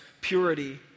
purity